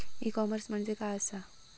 E commerce म्हणजे काय असा?